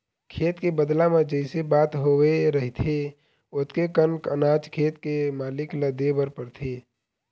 खेत के बदला म जइसे बात होवे रहिथे ओतके कन अनाज खेत के मालिक ल देबर परथे